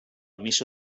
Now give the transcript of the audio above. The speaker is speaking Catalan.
missa